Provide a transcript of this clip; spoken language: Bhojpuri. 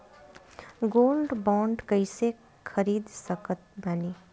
गोल्ड बॉन्ड कईसे खरीद सकत बानी?